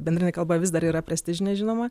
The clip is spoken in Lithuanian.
bendrinė kalba vis dar yra prestižinė žinoma